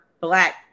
black